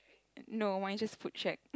no why it's just food shack